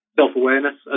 self-awareness